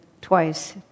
twice